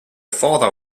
father